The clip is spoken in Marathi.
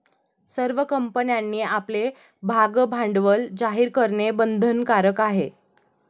सर्व कंपन्यांनी आपले भागभांडवल जाहीर करणे बंधनकारक आहे